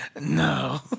no